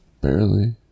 Barely